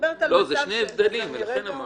אלו שני הבדלים, לכן אמרתי.